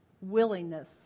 willingness